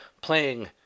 playing